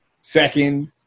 second